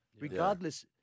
regardless